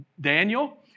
Daniel